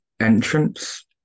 entrance